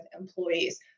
employees